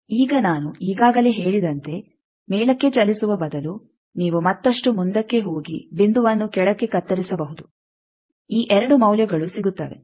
ಈಗ ನಾನು ಈಗಾಗಲೇ ಹೇಳಿದಂತೆ ಮೇಲಕ್ಕೆ ಚಲಿಸುವ ಬದಲು ನೀವು ಮತ್ತಷ್ಟು ಮುಂದಕ್ಕೆ ಹೋಗಿ ಬಿಂದುವನ್ನು ಕೆಳಕ್ಕೆ ಕತ್ತರಿಸಬಹುದು ಈ 2 ಮೌಲ್ಯಗಳು ಸಿಗುತ್ತವೆ